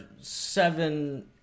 seven –